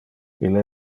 ille